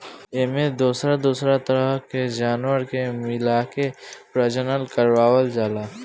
एमें दोसर दोसर तरह के जानवर के मिलाके प्रजनन करवावल जाला